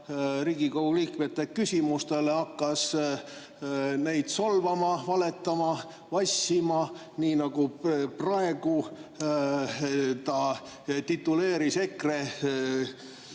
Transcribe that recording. Riigikogu liikmete küsimustele, hakkas solvama, valetama, vassima, nii nagu praegu ta tituleeris,